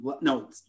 No